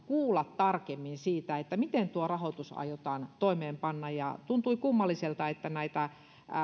kuulla tarkemmin siitä miten tuo rahoitus aiotaan toimeenpanna ja tuntui kummalliselta että näitä